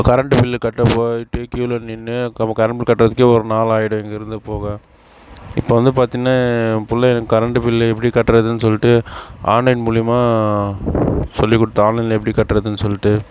current bill கட்ட போயிட்டு க்யூவில் நின்று நம்ம கரண்ட் பில்லு கட்டுறதுக்கே ஒரு நாள் ஆகிடும் இங்கேருந்து போக இப்போ வந்து பார்த்தீன்னு என் பிள்ள கரண்டு பில்லு எப்படி கட்டுறதுன்னு சொல்லிட்டு ஆன்லைன் மூலிமா சொல்லிக் கொடுத்தான் ஆன்லைனில் எப்படி கட்டுறதுன்னு சொல்லிட்டு